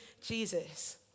Jesus